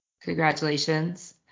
Congratulations